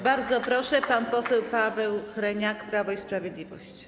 Bardzo proszę, pan poseł Paweł Hreniak, Prawo i Sprawiedliwość.